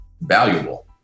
valuable